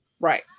Right